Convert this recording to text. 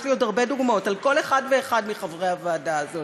יש לי עוד הרבה דוגמאות על כל אחד ואחד מחברי הוועדה הזאת,